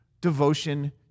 devotion